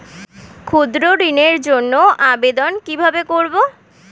ক্ষুদ্র ঋণের জন্য আবেদন কিভাবে করব?